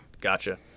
gotcha